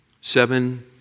Seven